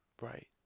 Right